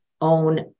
own